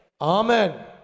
Amen